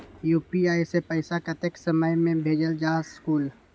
UPI से पैसा कतेक समय मे भेजल जा स्कूल?